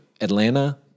Atlanta